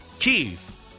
Keith